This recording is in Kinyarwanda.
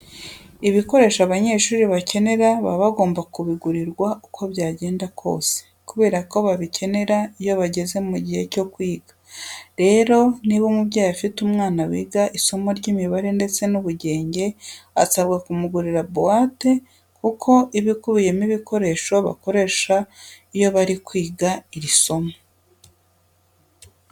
Ibikoresho abanyeshuri bakenera baba bagomba kubigurirwa uko byagenda kose, kubera ko babikenera iyo bageze mu gihe cyo kwiga. Rero niba umubyeyi afite umwana wiga isomo ry'imibare ndetse n'ubugenge, asabwa kumugurira buwate kuko iba ikubiyemo ibikoresho bakoresha iyo bari kwiga iri somo.